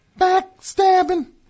Backstabbing